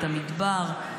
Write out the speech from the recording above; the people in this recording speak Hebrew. את המדבר.